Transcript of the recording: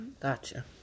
Gotcha